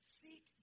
seek